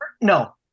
no